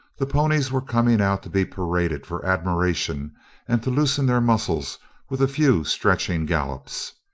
the ponies were coming out to be paraded for admiration and to loosen their muscles with a few stretching gallops.